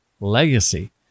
legacy